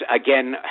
again